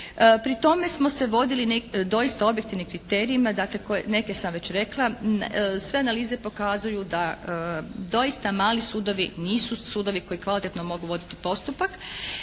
Pri tome smo se vodili doista objektivnim kriterijima. Dakle, neke sam već rekla. Sve analize pokazuju da doista mali sudovi nisu sudovi koji kvalitetno mogu voditi postupak,